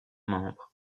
membres